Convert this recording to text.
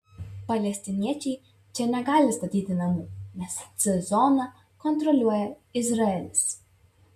palestiniečiai čia negali statyti namų nes c zoną kontroliuoja izraelis